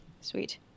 Sweet